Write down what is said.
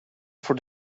for